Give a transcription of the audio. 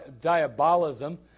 diabolism